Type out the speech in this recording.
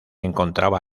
encontraba